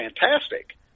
fantastic